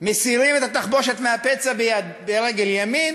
מסירים את התחבושת מהפצע ברגל ימין,